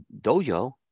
Dojo